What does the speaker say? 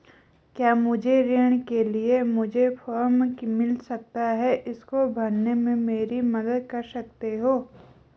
क्या मुझे ऋण के लिए मुझे फार्म मिल सकता है इसको भरने में मेरी मदद कर सकते हो?